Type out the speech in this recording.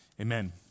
amen